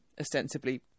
ostensibly